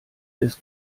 des